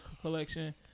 collection